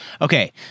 Okay